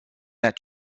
that